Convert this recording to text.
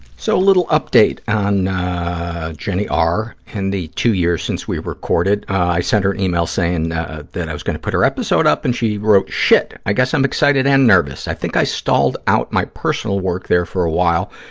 so, a little update on jenny r. in the two years since we recorded. i sent her an e-mail saying that i was going to put her episode up, and she wrote, shit, i guess i'm excited and nervous. i think i stalled out my personal work there for a while,